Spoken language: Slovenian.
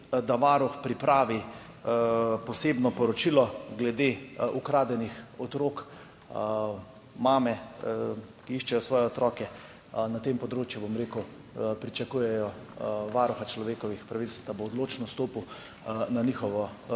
da varuh pripravi posebno poročilo glede ukradenih otrok. Mame, ki iščejo svoje otroke, na tem področju pričakujejo Varuha človekovih pravic, da bo odločno stopil na njihovo